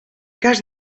cas